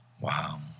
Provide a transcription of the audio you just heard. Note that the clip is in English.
Wow